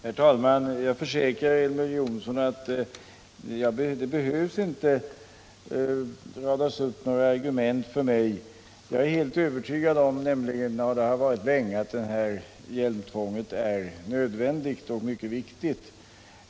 Herr talman! Jag försäkrar Elver Jonsson att det inte behöver radas upp några argument för mig. Jag är nämligen helt övertygad om, och det har jag varit länge, att ett hjälmtvång är nödvändigt och mycket viktigt.